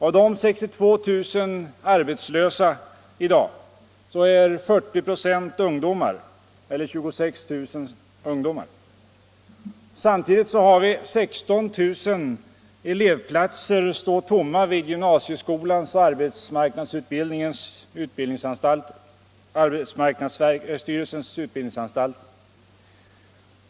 Av de 62 000 arbetslösa i dag är 26 000 eller 40 926 ungdomar. Samtidigt står 16 000 elevplatser tomma vid gymnasieskolans och arbetsmarknadsstyrelsens utbildningsanstalter.